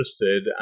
interested